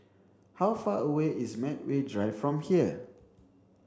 how far away is Medway Drive from here